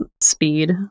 speed